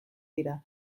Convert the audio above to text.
dira